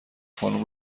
خانم